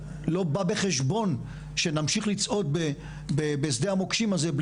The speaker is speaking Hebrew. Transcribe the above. לא בא בחשבון שנמשיך לצעוד בשדה המוקשים הזה,